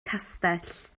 castell